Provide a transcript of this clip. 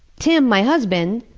tim, my husband,